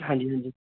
ਹਾਂਜੀ ਹਾਂਜੀ